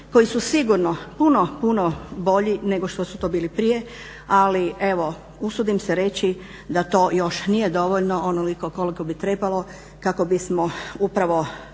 koji su sigurno puno, puno bolji nego što su to bili prije. Ali evo usudim se reći da to još nije dovoljno onoliko koliko bi trebalo kako bismo upravo